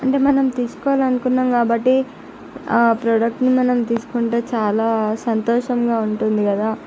అంటే మనం తీసుకోవాలనుకున్నాం కాబట్టి ఆ ప్రోడక్ట్ని మనం తీసుకుంటే చాలా సంతోషంగా ఉంటుంది కదా